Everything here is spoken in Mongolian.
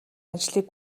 ажлыг